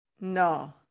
No